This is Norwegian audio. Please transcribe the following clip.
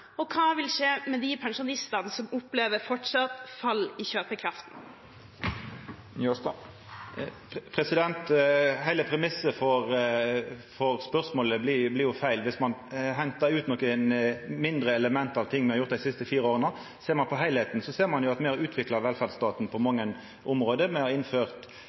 Og hva vil skje med de pensjonistene som opplever fortsatt fall i kjøpekraften? Heile premissen for spørsmålet blir jo feil om ein hentar ut nokre mindre element av det me har gjort dei siste fire åra. Om ein ser på heilskapen, ser ein at me har utvikla velferdsstaten på mange område. Me har innført